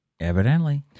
evidently